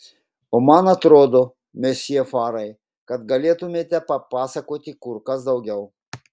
o man atrodo mesjė farai kad galėtumėte papasakoti kur kas daugiau